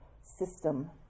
system